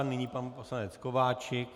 Nyní pan poslanec Kováčik.